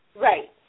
Right